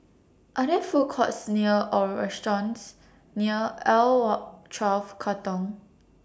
Are There Food Courts near Or restaurants near L one twelve Katong